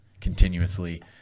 continuously